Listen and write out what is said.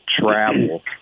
travel